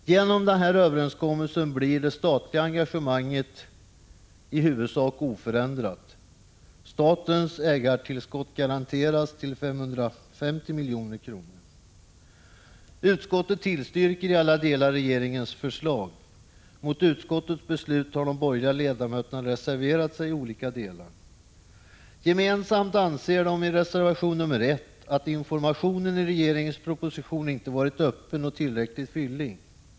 Genom överenskommelsen blir det statliga engagemanget i huvudsak oförändrat. Statens ägartillskott garanteras till 550 milj.kr. Utskottet tillstyrker i alla delar regeringens förslag. Mot utskottets beslut har de borgerliga ledamöterna reserverat sig i olika delar. Gemensamt anser de i reservation nr 1 att informationen i regeringens proposition inte varit öppen och tillräckligt fyllig.